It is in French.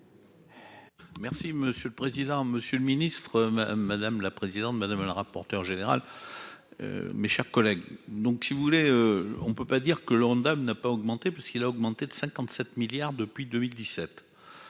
Merci monsieur le président, monsieur le ministre, madame la présidente, madame, le rapporteur général, mes chers collègues, donc si vous voulez, on peut pas dire que l'Ondam, n'a pas augmenté puisqu'il a augmenté de 57 milliards depuis 2017